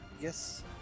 Yes